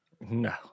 no